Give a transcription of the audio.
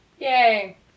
Yay